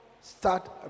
start